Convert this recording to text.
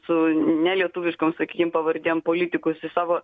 su nelietuviškom sakykim pavardėm politikus į savo